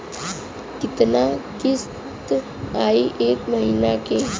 कितना किस्त आई एक महीना के?